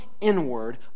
inward